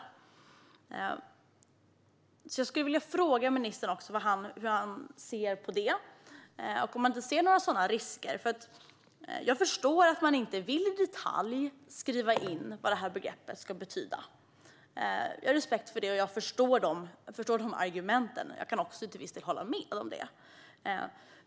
Jag skulle därför vilja fråga ministern hur han ser på detta och om han inte ser några sådana risker. Jag förstår att man inte vill skriva ut vad begreppet ska betyda i detalj. Jag har respekt för det, och jag förstår argumenten. Jag kan även till viss del hålla med om dem.